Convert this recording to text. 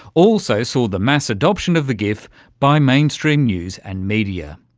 also saw the mass adoption of the gif by mainstream news and media.